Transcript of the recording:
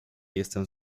jestem